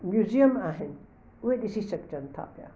museum आहिनि उहे ॾिसी सघजनि था पिया